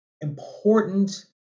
important